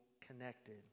connected